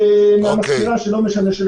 אוקיי, העניין מטופל.